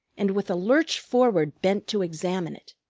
and with a lurch forward bent to examine it.